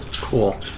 Cool